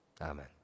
Amen